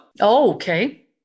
Okay